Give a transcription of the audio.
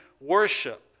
worship